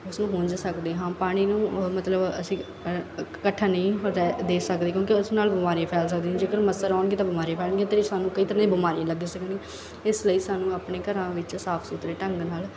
ਉਸਨੂੰ ਹੂੰਝ ਸਕਦੇ ਹਾਂ ਪਾਣੀ ਨੂੰ ਮਤਲਬ ਅਸੀਂ ਇਕੱਠਾ ਨਹੀਂ ਰਹਿ ਦੇ ਸਕਦੇ ਕਿਉਂਕਿ ਉਸ ਨਾਲ ਬਿਮਾਰੀਆਂ ਫੈਲ ਸਕਦੀਆਂ ਜੇਕਰ ਮੱਛਰ ਆਉਣਗੇ ਤਾਂ ਬਿਮਾਰੀਆਂ ਪੈਣਗੀਆਂ ਅਤੇ ਸਾਨੂੰ ਕਈ ਤਰ੍ਹਾਂ ਦੀਆਂ ਬਿਮਾਰੀਆਂ ਲੱਗ ਸਕਣਗੀਆਂ ਇਸ ਲਈ ਸਾਨੂੰ ਆਪਣੇ ਘਰਾਂ ਵਿੱਚ ਸਾਫ਼ ਸੁਥਰੇ ਢੰਗ ਨਾਲ